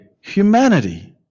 humanity